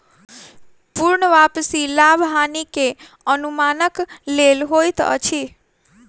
पूर्ण वापसी लाभ हानि के अनुमानक लेल होइत अछि